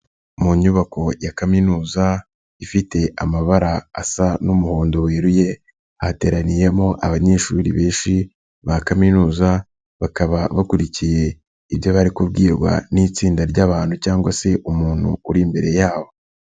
Mu nyubako ya kaminuza ifite amabara asa n'umuhondo weruye, hateraniyemo abanyeshuri benshi ba kaminuza, bakaba bakurikiye ibyo bari kubwirwa n'itsinda ry'abantu cyangwa se umuntu uri imbere yabo.